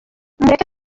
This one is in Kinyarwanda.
mureke